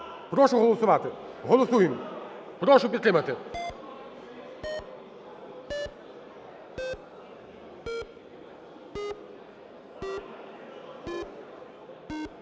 прошу голосувати, голосуємо. Прошу підтримати.